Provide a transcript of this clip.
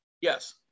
Yes